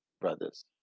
brothers